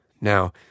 Now